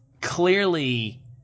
clearly